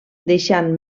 deixant